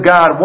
God